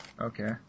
Okay